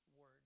Word